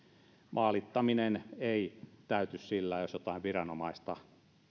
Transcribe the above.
maalittaminen ei täyty sillä jos jotain viranomaista